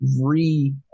re